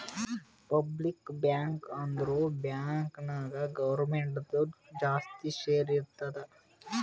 public bank ಅಂದುರ್ bank ನಾಗ್ ಗೌರ್ಮೆಂಟ್ದು ಜಾಸ್ತಿ ಶೇರ್ ಇರ್ತುದ್